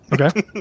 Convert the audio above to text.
Okay